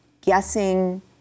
guessing